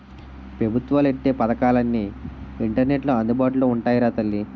పెబుత్వాలు ఎట్టే పదకాలన్నీ ఇంటర్నెట్లో అందుబాటులో ఉంటాయిరా తల్లీ